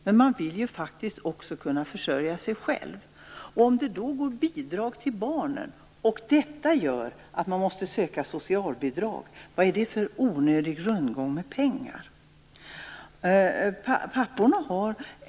Men man vill faktiskt också kunna försörja sig själv. Om underhållsskyldigheten för barnen gör att man måste söka socialbidrag frågar jag mig: Vad är det för onödig rundgång med pengar?